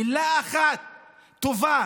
מילה אחת טובה,